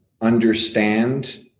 understand